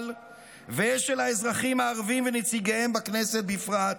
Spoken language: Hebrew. ושל האזרחים הערבים ונציגיהם בכנסת בפרט,